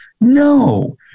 No